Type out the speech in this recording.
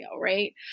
right